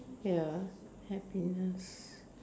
ya happiness